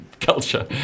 culture